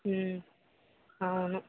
అవును